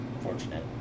fortunate